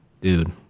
dude